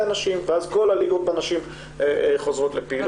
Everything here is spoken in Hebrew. הנשים ואז כל הליגות בנשים חוזרות לפעילות.